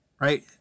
Right